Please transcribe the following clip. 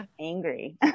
angry